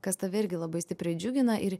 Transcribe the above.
kas tave irgi labai stipriai džiugina ir